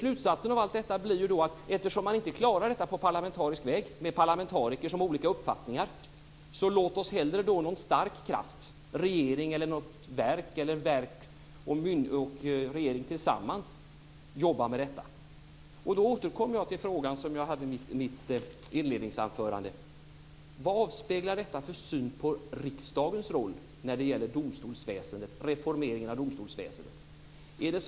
Slutsatsen av allt detta blir att eftersom man inte klarar detta på parlamentarisk väg, med parlamentariker som har olika uppfattningar, låt hellre någon stark kraft - regeringen eller regeringen tillsammans med något verk eller någon myndighet - jobba med detta. Jag återkommer då till den fråga som jag ställde i mitt inledningsanförande: Vilken syn på riksdagens roll avspeglar detta när det gäller reformeringen av domstolsväsendet?